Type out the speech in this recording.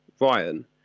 Ryan